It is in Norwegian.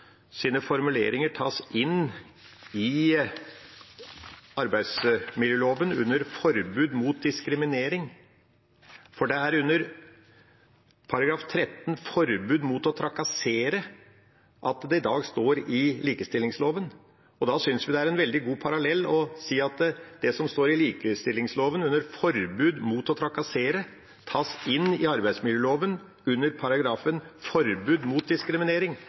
tas inn i arbeidsmiljøloven under forbud mot diskriminering, for det er under likestillings- og diskrimineringsloven § 13 at forbud mot å trakassere i dag står. Da synes vi det er en veldig god parallell å si at det som står i likestillings- og diskrimineringsloven under forbud mot å trakassere, tas inn i arbeidsmiljøloven under paragrafen om forbud mot diskriminering.